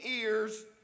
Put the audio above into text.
ears